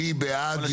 מי בעד?